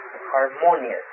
harmonious